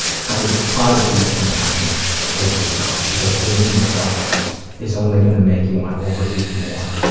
try to try to be compassionate with yourself, because hating yourself is only gonna make you wanna overeat more.